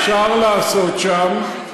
מה אפשר לעשות שם,